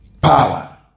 power